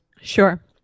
Sure